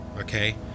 okay